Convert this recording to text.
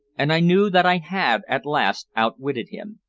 and i knew that i had at last outwitted him.